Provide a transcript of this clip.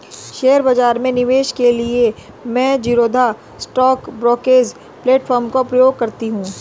share बाजार में निवेश के लिए मैं ज़ीरोधा स्टॉक ब्रोकरेज प्लेटफार्म का प्रयोग करती हूँ